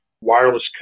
wireless